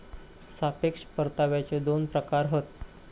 सापेक्ष परताव्याचे दोन प्रकार हत